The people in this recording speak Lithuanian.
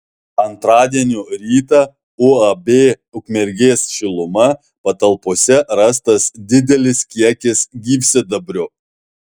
antradienio rytą uab ukmergės šiluma patalpose rastas didelis kiekis gyvsidabrio